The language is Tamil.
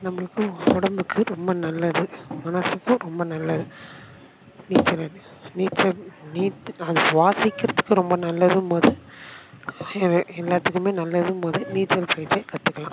நம்பளுக்கும் உடம்புக்கு ரொம்ப நல்லது மனசுக்கும் ரொம்ப நல்லது நீச்சல் அடிக் நீச்சல் நீச் அது சுவாசிக்கிறத்துக்கும் ரொம்ப நல்லதுன்னும்போது அது எல்லாத்துக்குமே நல்லதுன்னும்போது நீச்சல் பயிற்சியை கற்றுக்கலாம்